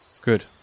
Good